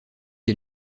est